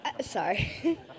Sorry